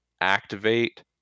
activate